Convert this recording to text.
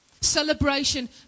Celebration